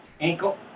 ankle